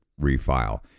refile